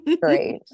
great